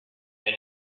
been